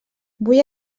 vull